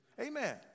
Amen